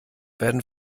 werden